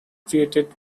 created